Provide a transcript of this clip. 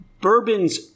Bourbon's